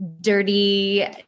dirty